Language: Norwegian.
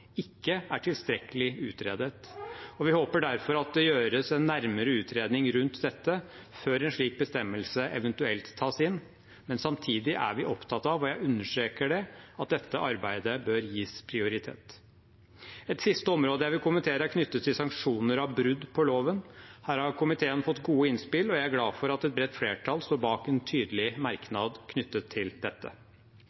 ikke er tilstrekkelig utredet. Vi håper derfor at det gjøres en nærmere utredning rundt dette før en slik bestemmelse eventuelt tas inn, men samtidig er vi opptatt av, og jeg understreker det, at dette arbeidet bør gis prioritet. Et siste område jeg vil kommentere, er knyttet til sanksjoner ved brudd på loven. Her har komiteen fått gode innspill, og jeg er glad for at et bredt flertall står bak en tydelig